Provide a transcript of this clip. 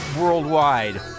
worldwide